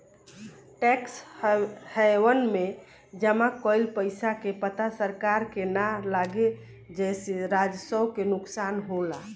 tax haven में जमा कइल पइसा के पता सरकार के ना लागे जेसे राजस्व के नुकसान होला